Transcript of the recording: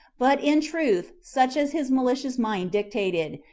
but in truth such as his malicious mind dictated,